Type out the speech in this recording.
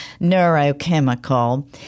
neurochemical